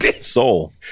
soul